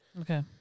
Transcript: Okay